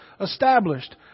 established